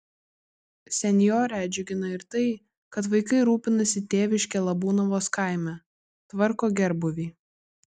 senjorę džiugina ir tai kad vaikai rūpinasi tėviške labūnavos kaime tvarko gerbūvį